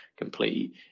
complete